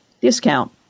discount